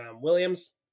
Williams